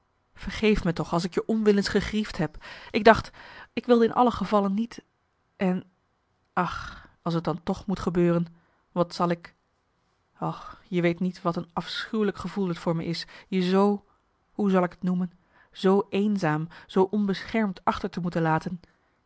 vergeef me toch als ik je onwillens gegriefd heb ik dacht ik wilde in alle geval niet en ach als t dan toch moet gebeuren wat zal ik o je weet niet wat een marcellus emants een nagelaten bekentenis afschuwelijk gevoel t voor me is je zoo hoe zal ik t noemen zoo eenzaam zoo onbeschermd achter te moeten laten